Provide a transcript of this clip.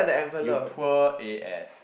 you poor A F